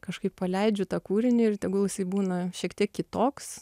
kažkaip paleidžiu tą kūrinį ir tegul jisai būna šiek tiek kitoks